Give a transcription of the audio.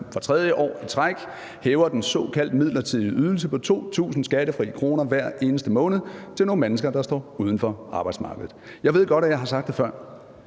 for tredje år i træk hæver den såkaldt midlertidige ydelse på 2.000 skattefri kroner hver eneste måned til nogle mennesker, der står uden for arbejdsmarkedet. Jeg ved godt, at jeg har sagt det før,